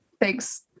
Thanks